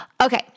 Okay